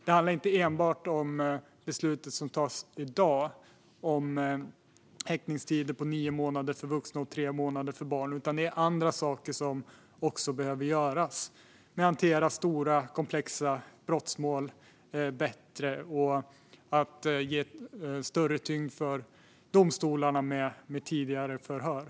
Det handlar inte enbart om beslutet som fattas i dag om häktningstider på nio månader för vuxna och tre månader för barn, utan det är andra saker som också behöver göras. Det gäller att hantera stora komplexa brottmål bättre och att ge större tyngd för domstolarna med tidigare förhör.